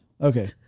Okay